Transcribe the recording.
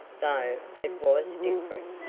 though, it was different,